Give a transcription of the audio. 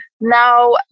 Now